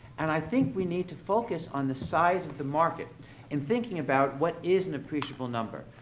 and i think we need to focus on the size of the market in thinking about what is an appreciable number.